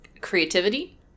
creativity